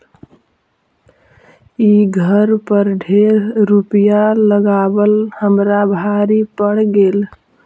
ई घर पर ढेर रूपईया लगाबल हमरा भारी पड़ गेल